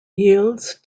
yields